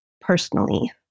personally